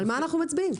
על מה אנחנו מצביעים?